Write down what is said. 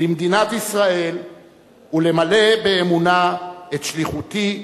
למדינת ישראל ולמלא באמונה את שליחותי בכנסת".